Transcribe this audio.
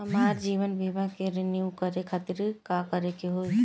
हमार जीवन बीमा के रिन्यू करे खातिर का करे के होई?